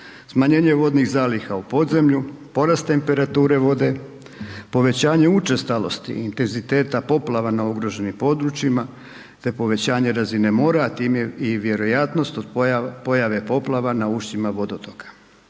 smanjenje vodnih zaliha u podzemlju, porast temperature vode, povećanje učestalosti i intenziteta poplava na ugroženim područjima te povećanje razine mora, a time i vjerojatnost od pojave poplava na ušćima vodotoka.